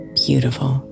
beautiful